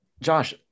Josh